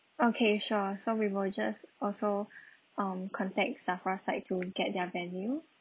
okay sure so we will just also um contact SAFRA side to get their menu